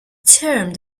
termed